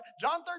John